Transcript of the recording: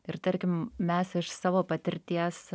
ir tarkim mes iš savo patirties